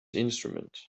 instrument